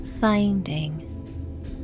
finding